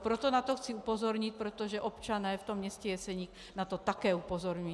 Proto na to chci upozornit, protože občané ve městě Jeseník na to také upozorňují.